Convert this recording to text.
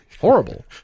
horrible